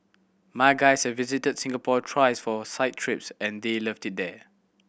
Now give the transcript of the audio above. my guys have visited Singapore thrice for site trips and they loved it here